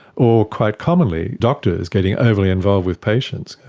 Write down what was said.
or quite commonly doctors getting overly involved with patients.